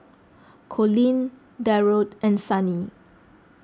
Collin Darold and Sannie